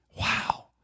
wow